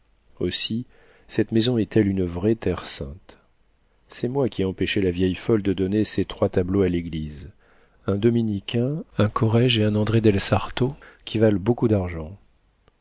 aussi cette maison est-elle une vraie terre-sainte c'est moi qui ai empêché la vieille folle de donner ces trois tableaux à l'église un dominiquin un corrége et un andré del sarto qui valent beaucoup d'argent